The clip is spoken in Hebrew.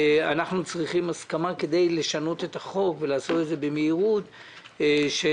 אנחנו צריכים הסכמה כדי לשנות את החוק ולעשות את זה במהירות שבמקום